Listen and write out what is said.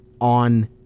On